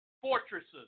fortresses